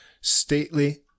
stately